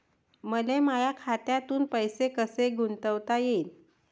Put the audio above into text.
मले माया खात्यातून पैसे कसे गुंतवता येईन?